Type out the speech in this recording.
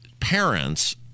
Parents